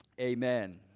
Amen